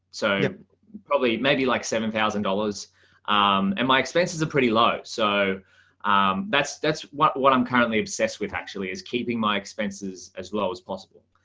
so probably maybe like seven thousand dollars and my expenses are pretty low. so um that's that's what what i'm currently obsessed with actually is keeping my expenses as low as possible.